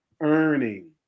Earning